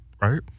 right